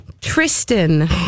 tristan